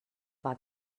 war